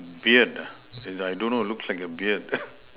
beard ah is I don't know looks like a beard